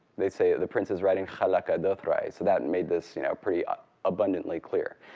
they say the prince is riding, khalakka dothrae! so that and made this you know pretty abundantly clear.